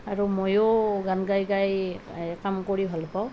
আৰু ময়ো গান গায় গায় কাম কৰি ভাল পাওঁ